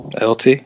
Lt